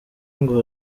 ngo